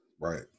Right